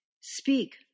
Speak